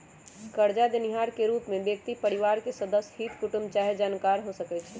करजा देनिहार के रूप में व्यक्ति परिवार के सदस्य, हित कुटूम चाहे जानकार हो सकइ छइ